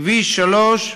כביש 3,